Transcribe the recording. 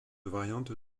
variante